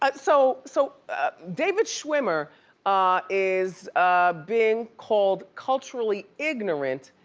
but so so david schwimmer is being called culturally ignorant.